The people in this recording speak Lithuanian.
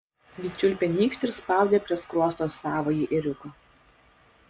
ji čiulpė nykštį ir spaudė prie skruosto savąjį ėriuką